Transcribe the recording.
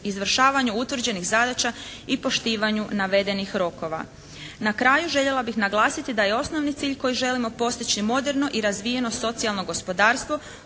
izvršavanju utvrđenih zadaća i poštivanju navedenih rokova. Na kraju željela bih naglasiti da je osnovni cilj koji želimo postići moderno i razvijeno socijalno gospodarstvo